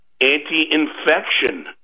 anti-infection